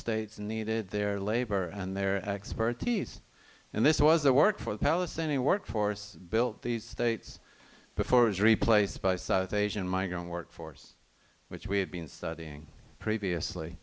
states needed their labor and their expertise and this was the work for the palestinian workforce built these states before was replaced by south asian migrant workforce which we had been studying previously